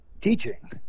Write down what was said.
teaching